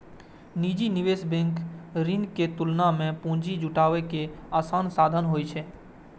निजी निवेश बैंक ऋण के तुलना मे पूंजी जुटाबै के आसान साधन होइ छै